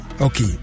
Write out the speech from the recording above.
okay